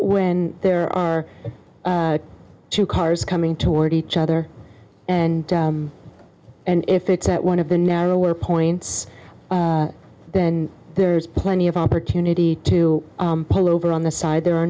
when there are two cars coming toward each other and and if it's at one of the narrower points then there's plenty of opportunity to pull over on the side there are